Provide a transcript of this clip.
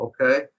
okay